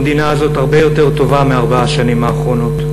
המדינה הזאת הרבה יותר טובה מארבע השנים האחרונות.